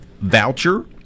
voucher